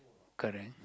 correct